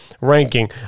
ranking